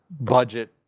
budget